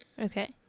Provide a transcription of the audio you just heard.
Okay